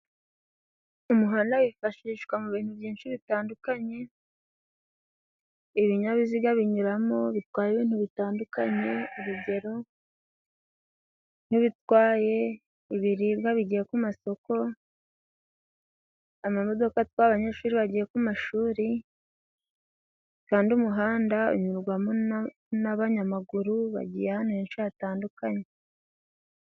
Umuhanda wifashishwa mu bintu byinshi bitandukanye ibinyabiziga binyuramo bitwaye ibintu bitandukanye urugero nk'ibitwaye ibiribwa bigiye ku masoko , amamodoka atwaye abanyeshuri bagiye ku mashuri ,kandi umuhanda unyurwamo n'abanyamaguru bagiye ahantu henshi hatandukanye.